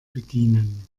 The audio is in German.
bedienen